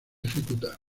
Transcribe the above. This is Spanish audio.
ejecuta